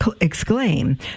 exclaim